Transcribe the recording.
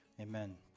Amen